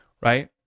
right